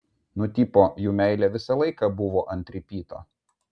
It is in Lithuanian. nu tipo jų meilė visą laiką buvo ant ripyto